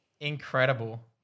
Incredible